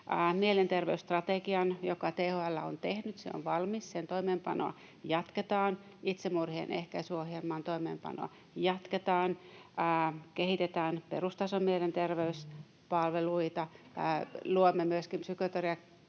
mielenterveysstrategiaan, jonka THL on tehnyt. Se on valmis, sen toimeenpanoa jatketaan. Itsemurhien ehkäisyohjelman toimeenpanoa jatketaan. Kehitetään perustason mielenterveyspalveluita. [Annika Saarikon